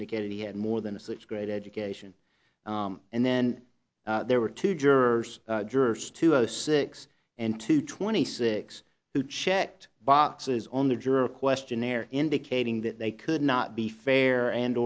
indicated he had more than a such great education and then there were two jurors jurors two zero six and two twenty six who checked boxes on the jury questionnaire indicating that they could not be fair and